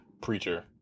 preacher